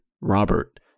Robert